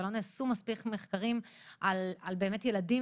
ולא נעשו מספיק מחקרים על באמת ילדים